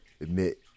admit